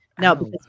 No